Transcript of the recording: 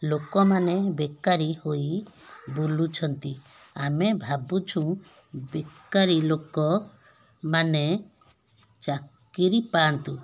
ଲୋକମାନେ ବେକାରୀ ହୋଇ ବୁଲୁଛନ୍ତି ଆମେ ଭାବୁଛୁ ବେକାରୀ ଲୋକମାନେ ଚାକିରୀ ପାଆନ୍ତୁ